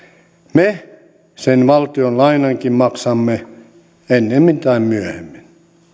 me sen valtion lainankin maksamme ennemmin tai myöhemmin